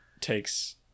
takes